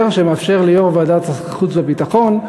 שמאפשר ליושב-ראש ועדת החוץ והביטחון,